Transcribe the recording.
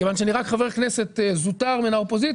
כיוון שאני רק חבר כנסת זוטר מהאופוזיציה,